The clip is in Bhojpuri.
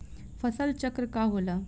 फसल चक्र का होला?